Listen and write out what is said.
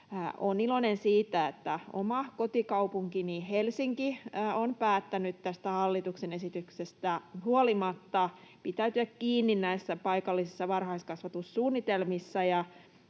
Olen iloinen siitä, että oma kotikaupunkini Helsinki on päättänyt tästä hallituksen esityksestä huolimatta pitäytyä kiinni näissä paikallisissa varhaiskasvatussuunnitelmissa.